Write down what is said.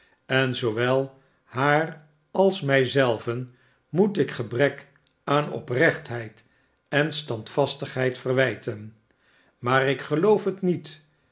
en zoowel haar als mij zelven moet ik gebrek aan oprechtheid en standvastigheid verwijten maar ik geloof het niet